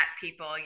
people